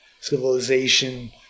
civilization